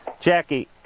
Jackie